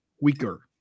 weaker